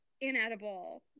inedible